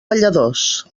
balladors